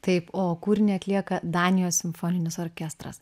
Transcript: taip o kūrinį atlieka danijos simfoninis orkestras